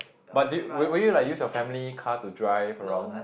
but do you would would you like use your family car to drive around